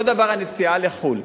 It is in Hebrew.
אותו הדבר הנסיעה לחו"ל.